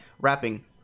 rapping